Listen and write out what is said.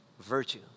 virtue